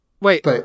Wait